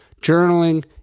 Journaling